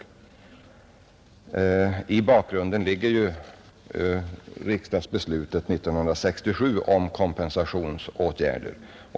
I bakgrunden ligger ju riksdagsbeslutet 1967 om kompensationsåtgärder.